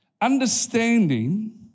understanding